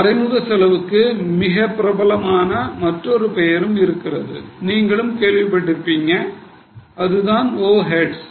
மறைமுக செலவுக்கு மிகப்பிரபலமான மற்றொரு பெயரும் இருக்கிறது நீங்களும் கேள்விப்பட்டிருப்பீங்க அதுதான் ஓவர் ஹேட்ஸ்